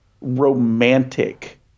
romantic